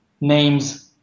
names